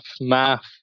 Math